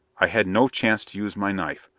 i had no chance to use my knife.